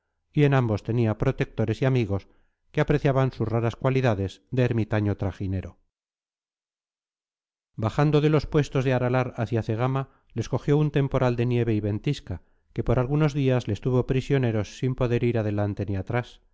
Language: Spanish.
y en ambos tenía protectores y amigos que apreciaban sus raras cualidades de ermitaño trajinero bajando de los puestos de aralar hacia cegama les cogió un temporal de nieve y ventisca que por algunos días les tuvo prisioneros sin poder ir adelante ni atrás